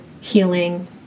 healing